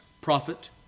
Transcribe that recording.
prophet